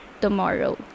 tomorrow